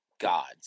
God's